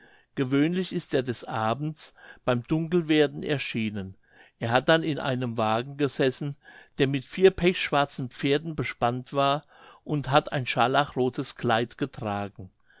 gewöhnlich ist er des abends beim dunkelwerden erschienen er hat dann in einem wagen gesessen der mit vier pechschwarzen pferden bespannt war und hat ein scharlachrothes kleid getragen